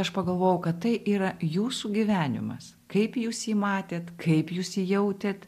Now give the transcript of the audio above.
aš pagalvojau kad tai yra jūsų gyvenimas kaip jūs jį matėt kaip jūs jį jautėt